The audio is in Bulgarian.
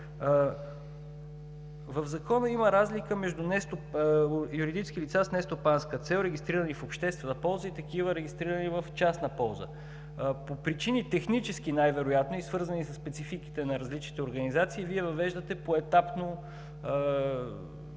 В Закона има разлика между юридическите лица с нестопанска цел, регистрирани в обществена полза, и такива, регистрирани в частна полза. Най-вероятно по технически причини, свързани със спецификата на различните организации, Вие въвеждате поетапно